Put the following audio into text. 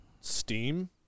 steam